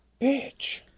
bitch